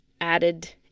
added